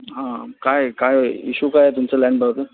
हां काय काय इश्यू काय आहे तुमचा लँडबाबत